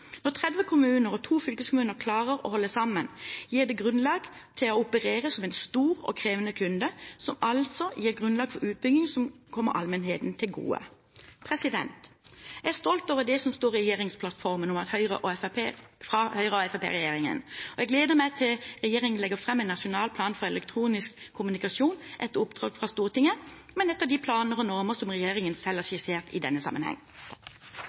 Når 30 kommuner og to fylkeskommuner klarer å holde sammen, gir det grunnlag for å operere som en stor og krevende kunde, som altså gir grunnlag for utbygging som kommer allmennheten til gode. Jeg er stolt over det som står i regjeringsplattformen fra Høyre- og Fremskrittsparti-regjeringen. Jeg gleder meg til regjeringen legger fram en nasjonal plan for elektronisk kommunikasjon, etter oppdrag fra Stortinget, men etter de planer og normer som regjeringen selv har skissert i denne sammenheng.